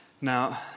Now